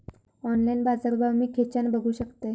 Online बाजारभाव मी खेच्यान बघू शकतय?